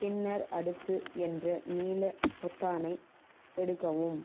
பின்னர் அடுத்து என்ற நீல பொத்தானை சொடுக்கவும்